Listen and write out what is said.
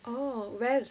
oh well